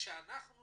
ושאנחנו